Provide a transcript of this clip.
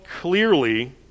clearly